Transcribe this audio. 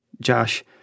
Josh